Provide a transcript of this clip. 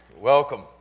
Welcome